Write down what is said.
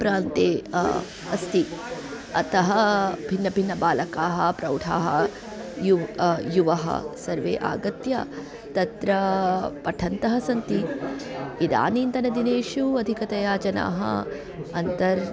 प्रान्ते अस्ति अतः भिन्न भिन्न बालकाः प्रौढाः यु युवाः सर्वे आगत्य तत्र पठन्तः सन्ति इदानीन्तन दिनेषु अधिकतया जनाः अन्तर्